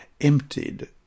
emptied